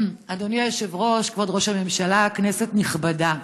אדוני היושב-ראש, כבוד ראש הממשלה, כנסת נכבדה,